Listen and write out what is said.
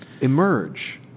emerge